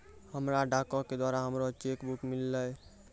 हमरा डाको के द्वारा हमरो चेक बुक मिललै